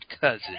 cousin